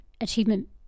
achievement